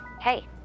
hey